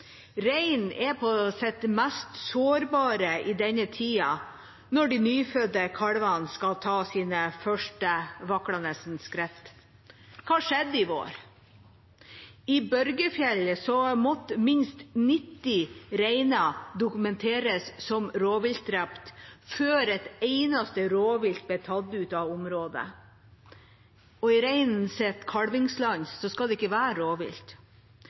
er på sitt mest sårbare i denne tida, når de nyfødte kalvene skal ta sine første vaklende skritt. Hva skjedde i vår? I Børgefjell måtte minst 90 rein dokumenteres som rovviltdrept før et eneste rovvilt ble tatt ut av området, og i reinens kalvingsland skal det ikke være rovvilt.